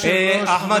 אחמד טיבי,